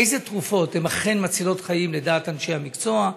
אילו תרופות הן אכן מצילות חיים לדעת אנשי המקצוע,